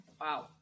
Wow